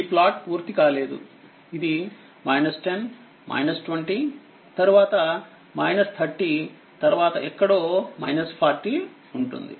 మీ plot పూర్తి కాలేదు ఇది 10 20తర్వాత 30తర్వాత ఎక్కడో 40 ఉంటుంది